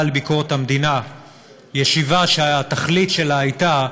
לביקורת המדינה שמי שכינסה אותה הייתה